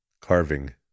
Carving